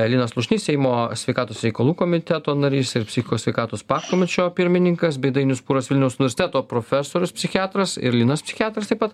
linas slušnys seimo sveikatos reikalų komiteto narys ir psichikos sveikatos pakomitečio pirmininkas bei dainius pūras vilniaus universiteto profesorius psichiatras ir linas psichiatras taip pat